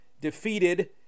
defeated